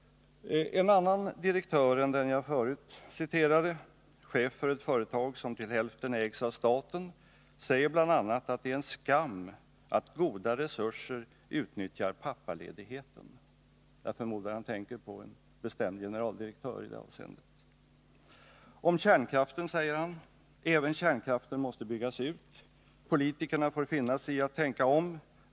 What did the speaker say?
En annan direktör än den jag förut citerade — chef för ett företag som till hälften ägs av staten — säger bl.a. att det är en skam att goda resurser utnyttjar pappaledigheten. Jag förmodar att han i det avseendet tänker på en bestämd generaldirektör. Om kärnkraften säger han: ”Även kärnkraften måste byggas ut. Politikerna får finna sig i att tänka om.